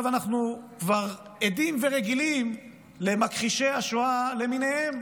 אנחנו כבר עדים ורגילים למכחישי השואה למיניהם